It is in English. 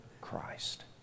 Christ